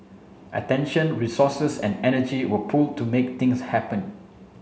attention resources and energy were pooled to make things happen